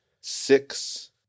six